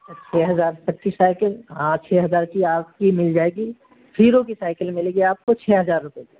چھ ہزار تک کی سائیکل ہاں چھ ہزار کی آپ کی مل جائے گی ہیرو کی سائیکل ملے گی آپ کو چھ ہزار روپے کی